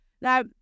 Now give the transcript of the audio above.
Now